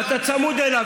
ואתה צמוד אליו.